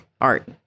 art